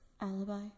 alibi